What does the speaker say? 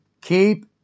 Keep